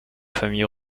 famille